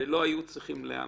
ולא היו צריכים להיאמר.